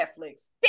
Netflix